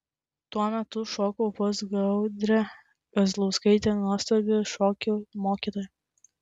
tuo metu šokau pas gaudrę kazlauskaitę nuostabią šokių mokytoją